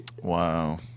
Wow